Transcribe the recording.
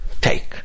take